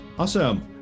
Awesome